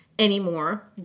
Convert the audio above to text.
anymore